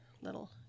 Little